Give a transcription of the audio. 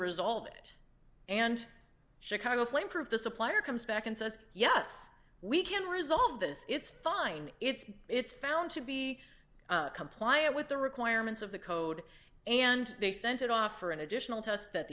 resolve it and chicago flameproof the supplier comes back and says yes we can resolve this it's fine it's it's found to be compliant with the requirements of the code and they sent it off for an additional test that